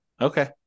Okay